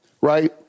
right